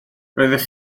roeddech